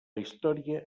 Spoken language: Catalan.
història